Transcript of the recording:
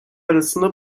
arasında